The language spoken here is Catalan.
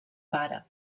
pare